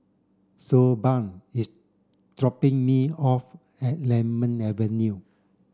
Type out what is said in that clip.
Siobhan is dropping me off at Lemon Avenue